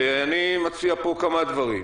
ואני מציע פה כמה דברים.